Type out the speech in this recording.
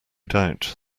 doubt